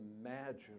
imagine